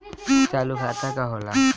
चालू खाता का होला?